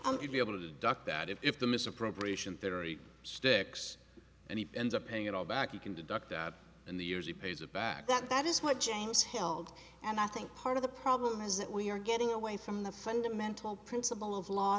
that to be able to deduct that if the misappropriation perry stacks and he ends up paying it all back you can deduct that and the years he pays it back that that is what james held and i think part of the problem is that we are getting away from the fundamental principle of law